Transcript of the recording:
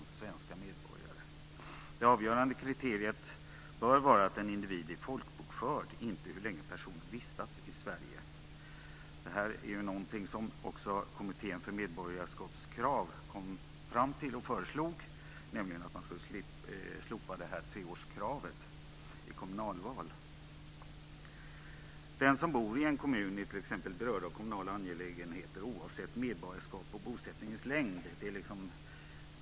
Det avgörande kriteriet bör vara att individen är folkbokförd, inte hur länge personen har vistats i Sverige. Det här är också något som Kommittén om medborgarskapskrav kom fram till. Kommittén föreslog att man skulle slopa treårskravet vid kommunalval. Den som bor i en kommun berörs av kommunala angelägenheter oavsett medborgarskap och bosättningens längd.